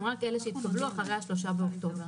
הן רק אלה שיתקבלו אחרי ה-3 באוקטובר.